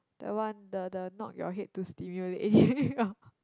the one the the knock your head to stimulate